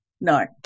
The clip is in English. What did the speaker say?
no